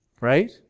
right